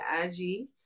IG